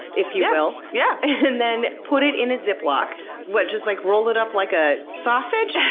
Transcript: if you will, yeah and then put it in a ziploc what, just like, roll it up like a sausage?